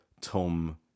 Tom